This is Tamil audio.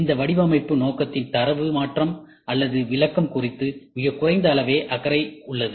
இந்த வடிவமைப்பு நோக்கத்தின் தரவு மாற்றம் அல்லது விளக்கம் குறித்து மிகக் குறைந்த அளவே அக்கறை உள்ளது